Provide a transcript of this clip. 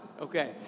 Okay